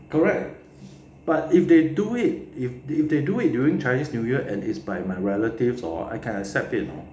correct but if they do it if they do it during chinese new year and is my relatives hor I can accept it you know